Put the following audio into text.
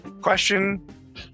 Question